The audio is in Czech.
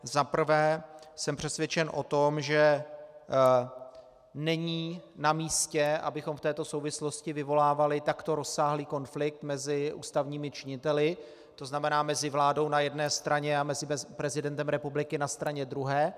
Za prvé jsem přesvědčen o tom, že není namístě, abychom v této souvislosti vyvolávali takto rozsáhlý konflikt mezi ústavními činiteli, to znamená mezi vládou na jedné straně a prezidentem republiky na straně druhé.